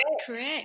Correct